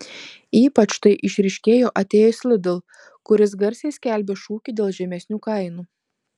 ypač tai išryškėjo atėjus lidl kuris garsiai skelbė šūkį dėl žemesnių kainų